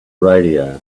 radio